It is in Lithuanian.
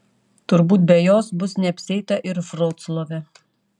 turbūt be jos bus neapsieita ir vroclave